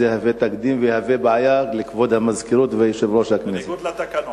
כי זה יהווה תקדים ויהווה בעיה לכבוד המזכירות ויושב-ראש הכנסת.